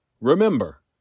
Remember